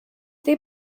they